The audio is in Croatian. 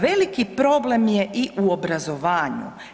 Veliki problem je i u obrazovanju.